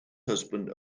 husband